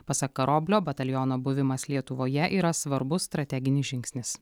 pasak karoblio bataliono buvimas lietuvoje yra svarbus strateginis žingsnis